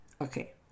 Okay